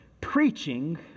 Preaching